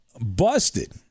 busted